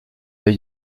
œil